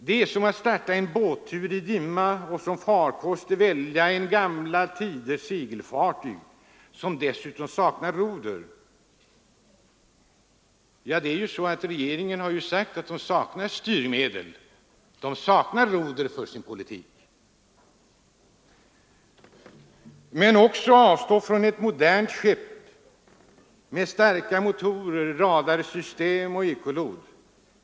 Det är som att starta en båttur i dimma och som farkost välja ett gamla tiders segelfartyg, som dessutom saknar roder. Regeringens representanter har ju sagt att man saknar styrmedel, saknar roder för sin politik. Men det är också att avstå från ett modernt skepp med starka motorer, radarsystem och ekolod.